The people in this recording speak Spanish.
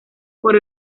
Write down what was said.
por